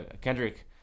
Kendrick